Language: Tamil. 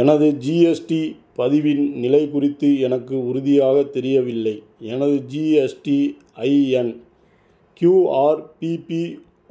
எனது ஜிஎஸ்டி பதிவின் நிலை குறித்து எனக்கு உறுதியாக தெரியவில்லை எனது ஜிஎஸ்டிஐஎன் க்யூஆர்பிபி